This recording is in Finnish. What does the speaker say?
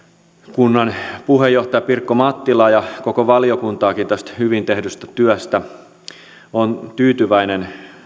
puheenjohtajaa pirkko mattilaa ja koko valiokuntaakin tästä hyvin tehdystä työstä olen tyytyväinen